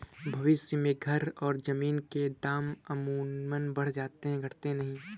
भविष्य में घर और जमीन के दाम अमूमन बढ़ जाते हैं घटते नहीं